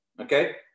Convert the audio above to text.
okay